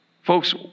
Folks